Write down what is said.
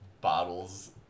bottles